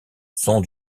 sont